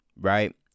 right